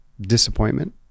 disappointment